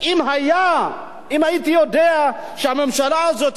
יודע שהממשלה הזאת יש לה יעדים חברתיים,